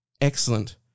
Excellent